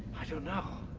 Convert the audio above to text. i don't know.